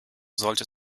sollte